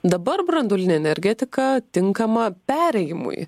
dabar branduolinė energetika tinkama perėjimui